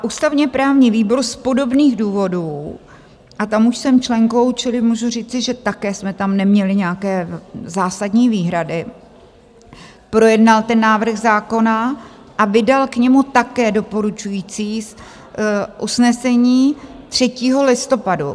Ústavněprávní výbor z podobných důvodů a tam už jsem členkou, čili můžu říci, že také jsme tam neměli nějaké zásadní výhrady projednal ten návrh zákona a vydal k němu také doporučující usnesení 3. listopadu.